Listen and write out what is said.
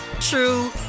true